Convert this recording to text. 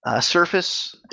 surface